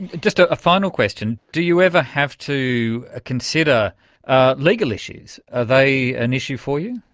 just a final question, do you ever have to ah consider ah legal issues? are they an issue for you?